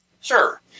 Sure